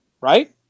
right